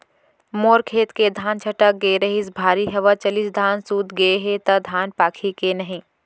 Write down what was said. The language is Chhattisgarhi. मोर खेत के धान छटक गे रहीस, भारी हवा चलिस, धान सूत गे हे, त धान पाकही के नहीं?